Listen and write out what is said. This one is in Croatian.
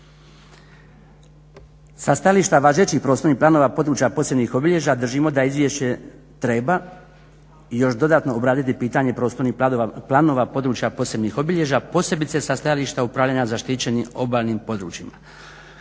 Sa stajališta važećih prostornih planova područja posebnih obilježja držimo da izvješće treba još dodatno obraditi pitanje prostornih planova područja posebnih obilježja posebice sa stajališta upravljanja zaštićenim obalnim područjima.